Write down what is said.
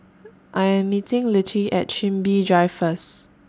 I Am meeting Littie At Chin Bee Drive First